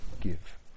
give